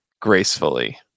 gracefully